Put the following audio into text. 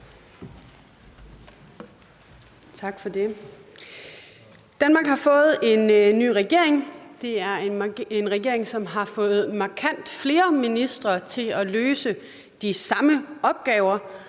Tak for det. Danmark har fået en ny regering. Det er en regering, som har fået markant flere ministre til at løse de samme opgaver,